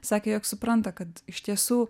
sakė jog supranta kad iš tiesų